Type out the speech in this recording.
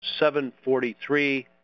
743